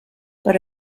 per